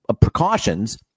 precautions